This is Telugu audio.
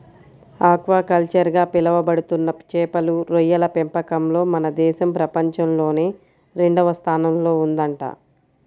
ఆక్వాకల్చర్ గా పిలవబడుతున్న చేపలు, రొయ్యల పెంపకంలో మన దేశం ప్రపంచంలోనే రెండవ స్థానంలో ఉందంట